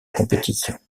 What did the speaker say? compétition